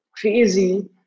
crazy